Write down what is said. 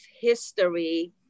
history